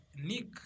Nick